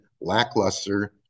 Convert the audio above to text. lackluster